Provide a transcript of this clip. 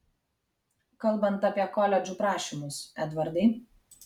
kalbant apie koledžų prašymus edvardai